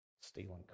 stealing